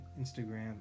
Instagram